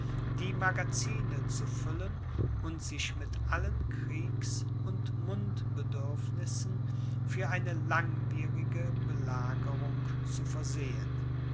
die magazine zu füllen und sich mit allen kriegs und mundbedürfnissen für eine langwierige belagerung zu versehen